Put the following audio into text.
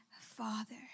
father